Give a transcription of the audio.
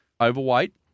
overweight